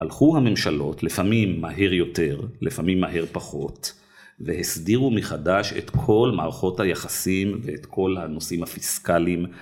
הלכו הממשלות לפעמים מהר יותר לפעמים מהר פחות והסדירו מחדש את כל מערכות היחסים ואת כל הנושאים הפיסקליים